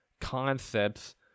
concepts